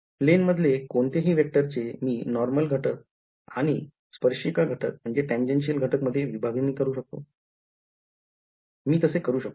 Plane मधले कोणतेही वेक्टरचे मी नॉर्मल घटक आणि स्पर्शिका घटक मध्ये विभाजणी करू शकतो मी तसे करू शकतो